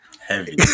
Heavy